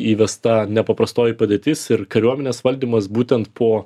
įvesta nepaprastoji padėtis ir kariuomenės valdymas būtent po